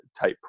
type